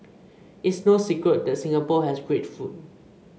it's no secret that Singapore has great food